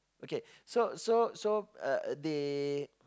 okay so so so uh they